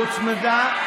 שהוצמדה,